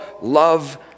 love